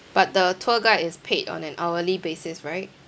but the tour guide is paid on an hourly basis right